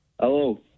Hello